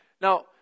Now